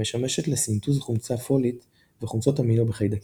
המשמשת לסנתוז חומצה פולית וחומצות אמינו בחיידקים.